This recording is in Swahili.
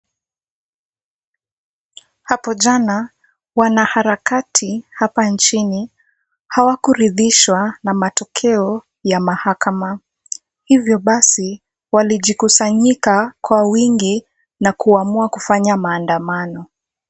Hapo jana, wanaharakati hapa nchini hawakuridhishwa na matokeo ya mahakama. Hivyo basi, walijikusanyika kwa wingi na kuamua kufanya maandamano.